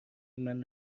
منو